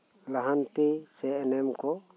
ᱞᱟᱦᱟᱱᱛᱤ ᱥᱮ ᱮᱱᱮᱢᱠᱩ